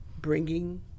bringing